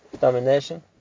domination